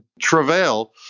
travail